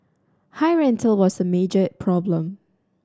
high rental was a major problem